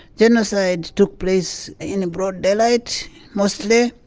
genocide took place in broad daylight mostly.